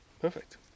perfect